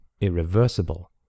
irreversible